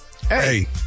Hey